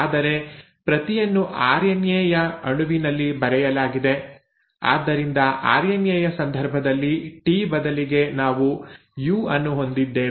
ಆದರೆ ಪ್ರತಿಯನ್ನು ಆರ್ಎನ್ಎ ಯ ಅಣುವಿನಲ್ಲಿ ಬರೆಯಲಾಗಿದೆ ಆದ್ದರಿಂದ ಆರ್ಎನ್ಎ ಯ ಸಂದರ್ಭದಲ್ಲಿ ಟಿ ಬದಲಿಗೆ ನಾವು ಯು ಅನ್ನು ಹೊಂದಿದ್ದೇವೆ